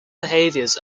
behaviors